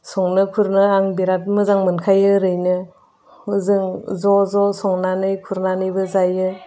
संनो खुरनो आं बिराद मोजां मोनखायो ओरैनो जों ज' ज' संनानै खुरनानैबो जायो